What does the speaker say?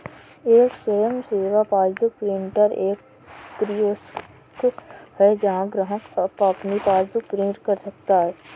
एक स्वयं सेवा पासबुक प्रिंटर एक कियोस्क है जहां ग्राहक अपनी पासबुक प्रिंट कर सकता है